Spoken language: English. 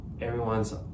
everyone's